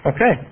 Okay